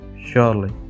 surely